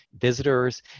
visitors